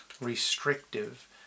restrictive